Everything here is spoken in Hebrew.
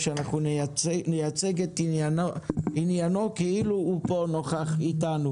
אמרתי לו שאנחנו נייצג את עניינו כאילו הוא פה נוכח איתנו.